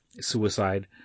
suicide